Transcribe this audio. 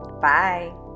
Bye